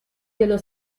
dello